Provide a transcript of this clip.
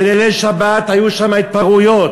בלילות שבת היו שם התפרעויות.